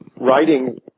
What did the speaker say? writing